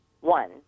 one